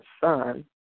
son